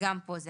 גם פה זה